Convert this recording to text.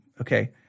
Okay